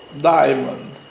diamond